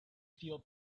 feel